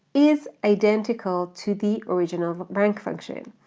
is identical to the original rank function.